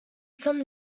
some